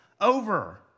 over